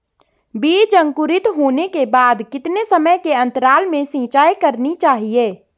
बीज अंकुरित होने के बाद कितने समय के अंतराल में सिंचाई करनी चाहिए?